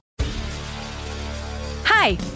Hi